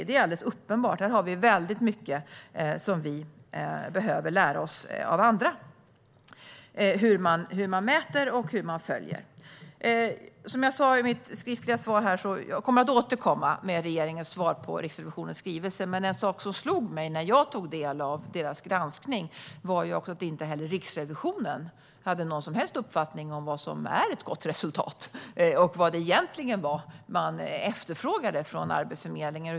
Det är alldeles uppenbart att det är väldigt mycket vi behöver lära oss av andra när det gäller hur man mäter och följer upp. Som jag sa i mitt svar kommer jag att återkomma med regeringens svar på Riksrevisionens skrivelse, men en sak som slog mig när jag tog del av deras granskning var att inte heller Riksrevisionen hade någon som helst uppfattning om vad som är ett gott resultat och vad man egentligen efterfrågade från Arbetsförmedlingen.